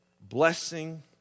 blessing